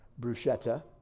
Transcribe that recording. bruschetta